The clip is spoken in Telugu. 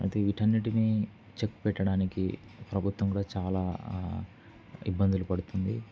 అయితే విటన్నిటినీ చెక్ పెట్టడానికి ప్రభుత్వం కూడా చాలా ఇబ్బందులు పడుతోంది